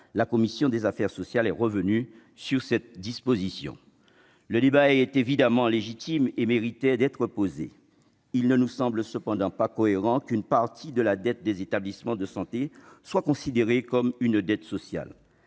la commission des affaires sociales est revenue sur cette disposition. Le débat est évidemment légitime et méritait d'être posé. Il ne nous semble cependant pas incohérent qu'une partie de la dette des établissements de santé soit considérée comme une dette sociale,